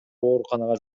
ооруканага